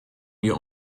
wir